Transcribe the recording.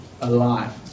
alive